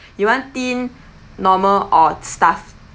you want thin normal or stuffed